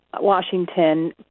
Washington